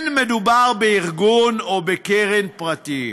לא מדובר בארגון או בקרן פרטיים,